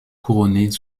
couronnés